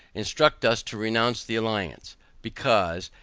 instruct us to renounce the alliance because,